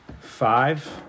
Five